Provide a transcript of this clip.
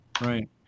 right